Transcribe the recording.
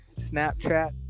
Snapchat